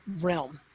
realm